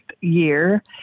year